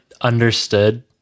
understood